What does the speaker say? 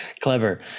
Clever